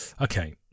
okay